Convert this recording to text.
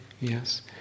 Yes